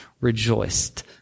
rejoiced